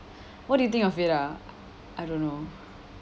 what do you think of it ah I I don't know